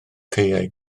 caeau